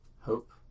hope